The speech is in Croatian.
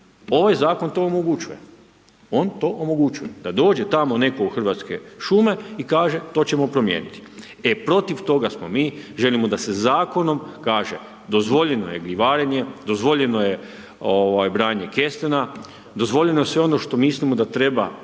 Ovaj zakon to omogućuje. On to omogućuje da dođe tamo netko u Hrvatske šume i kaže to ćemo promijeniti. E, protiv toga smo mi. Želimo da se zakonom kaže – dozvoljeno je gljivarenje, dozvoljeno je branje kestenja, dozvoljeno je sve ono što mislimo da treba